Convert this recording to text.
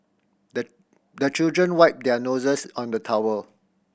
the the children wipe their noses on the towel